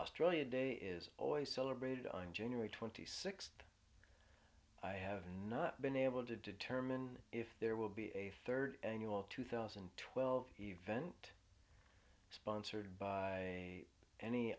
australia day is always celebrated on january twenty sixth i have not been able to determine if there will be a third annual two thousand and twelve event sponsored by a